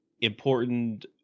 important